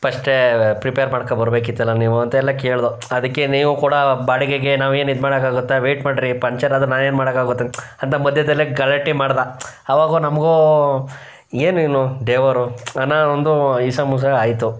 ಪಸ್ಟೇ prepare ಮಾಡ್ಕೋ ಬರಬೇಕಿತ್ತಲ ನೀವು ಅಂತೆಲ್ಲ ಕೇಳ್ದೋ ಅದಕ್ಕೆ ನೀವು ಕೊಡೋ ಬಾಡಿಗೆಗೆ ನಾವೇನು ಇದು ಮಾಡೋಕ್ಕಾಗುತ್ತ ವೇಟ್ ಮಾಡಿರಿ ಪಂಚರ್ ಆದ್ರೆ ನಾನು ಏನು ಮಾಡಕ್ಕಾಗುತ್ತೆ ಅಂತ ಮಧ್ಯದಲ್ಲೇ ಗಲಾಟೆ ಮಾಡಿದ ಅವಾಗ ನಮಗೂ ಏನು ಇವನು ಡೇವರು ಅನ್ನೋ ಒಂದು ಇಸಮುಸ ಆಯಿತು